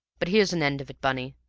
but here's an end of it, bunny,